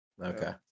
Okay